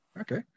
Okay